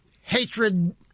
hatred